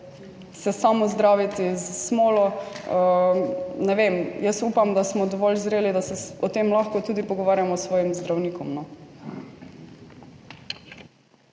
se samo zdraviti s smolo, ne vem, jaz upam, da smo dovolj zreli, da se o tem lahko tudi pogovarjamo s svojim zdravnikom.